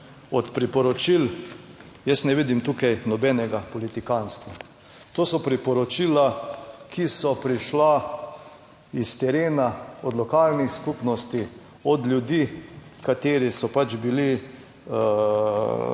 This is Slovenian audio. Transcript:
od priporočil, jaz ne vidim tukaj nobenega politikantstva. To so priporočila, ki so prišla iz terena, od lokalnih skupnosti, od ljudi, kateri so pač bili